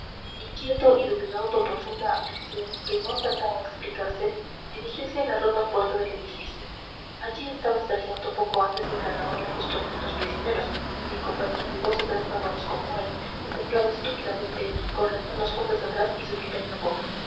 inquieto y dominado por profunda aflicción que no acertaba a explicarse dirigiose a la rota puerta del edificio allí estaba el sargento poco antes encargado de la custodia de los prisioneros y en compañía de dos o tres bárbaros como él contemplaba estúpidamente con las manos juntas atrás y su pipa en la boca